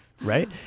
right